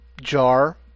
jar